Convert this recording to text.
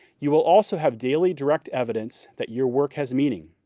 you will also have daily direct evidence that your work has meaning.